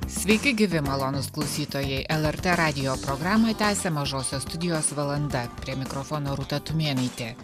sveiki gyvi malonūs klausytojai lrt radijo programą tęsia mažosios studijos valanda prie mikrofono rūta tumėnaitė